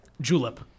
Julep